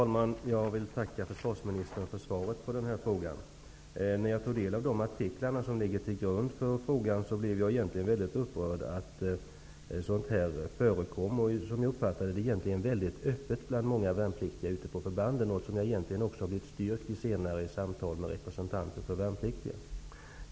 Herr talman! Jag tackar försvarsministern för svaret på denna fråga. När jag tog del av de artiklar som ligger till grund för frågan blev jag väldigt upprörd över att sådant här, som jag uppfattar det, väldigt öppet förekommer bland många värnpliktiga ute på förbanden. Detta är något som jag senare också har fått styrkt vid samtal med representanter för de värnpliktiga.